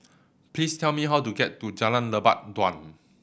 please tell me how to get to Jalan Lebat Daun